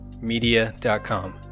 media.com